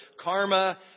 karma